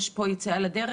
שיש פה יציאה לדרך.